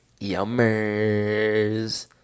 Yummers